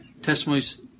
Testimonies